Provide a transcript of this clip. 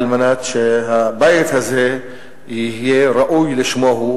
על מנת שהבית הזה יהיה ראוי לשמו שלו,